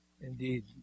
indeed